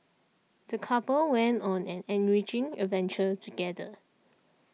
the couple went on an enriching adventure together